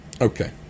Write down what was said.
Okay